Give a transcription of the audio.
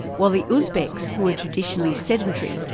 while the uzbeks, who were traditionally sedentary,